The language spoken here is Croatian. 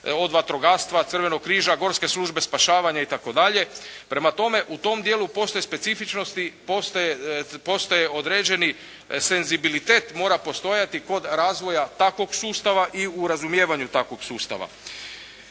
od vatrogastva, Crvenog križa, gorske službe spašavanja itd. Prema tome u tom dijelu postoje specifičnosti, postoje određeni senzibilitet mora postojati kod razvoja takvog sustava i u razumijevanju takvog sustava.